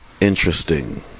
interesting